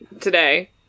today